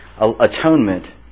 atonement